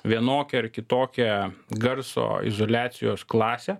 vienokią ar kitokią garso izoliacijos klasę